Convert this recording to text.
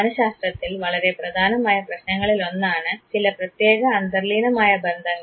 മനഃശാസ്ത്രത്തിൽ വളരെ പ്രധാനമായ പ്രശ്നങ്ങളിലൊന്നാണ് ചില പ്രത്യേക അന്തർലീനമായ ബന്ധങ്ങൾ